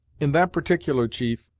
in that particular, chief,